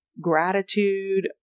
gratitude